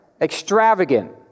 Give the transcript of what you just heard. extravagant